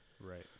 Right